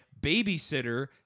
babysitter